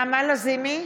נעמה לזימי,